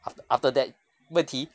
after after that 问题